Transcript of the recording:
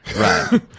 right